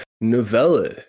novella